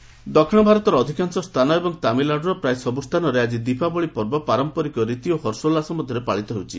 TN Diwali ଦକ୍ଷିଣ ଭାରତର ଅଧିକାଂଶ ସ୍ଥାନ ଏବଂ ତାମିଲନାଡୁର ପ୍ରାୟ ସବୁସ୍ତାନରେ ଆଜି ଦୀପାବଳି ପର୍ବ ପାରମ୍ପରିକ ରୀତି ଓ ହର୍ସୋଲ୍ଲାସ ମଧ୍ୟରେ ପାଳିତ ହେଉଛି